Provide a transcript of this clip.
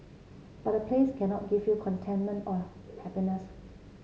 but a place cannot give you contentment or happiness